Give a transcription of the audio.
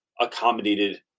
accommodated